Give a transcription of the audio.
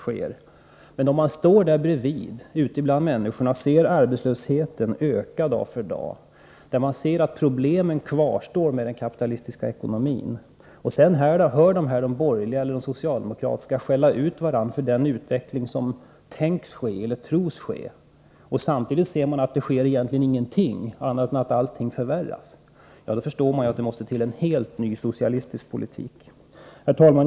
Står man ute bland människorna och ser arbetslösheten öka dag från dag, ser man att problemen kvarstår inom den kapitalistiska ekonomin, och sedan hör borgerliga och socialdemokrater skälla ut varandra för den utveckling som tänkts ske eller tros ske — samtidigt ser man ju att det egentligen inte sker någonting utan allting bara förvärras —, då förstår man att det krävs en helt ny socialistisk politik. Herr talman!